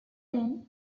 then